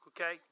okay